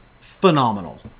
phenomenal